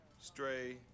Stray